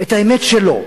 את האמת שלו.